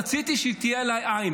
רציתי שתהיה עליי עין.